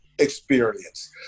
Experience